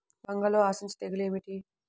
వంగలో ఆశించు తెగులు ఏమిటి?